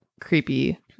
creepy